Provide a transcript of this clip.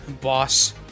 boss